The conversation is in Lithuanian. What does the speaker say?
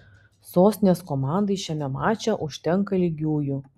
sostinės komandai šiame mače užtenka lygiųjų